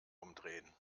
umdrehen